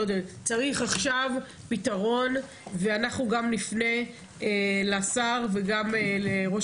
צריך עכשיו פתרון ואנחנו גם נפנה לשר וגם לראש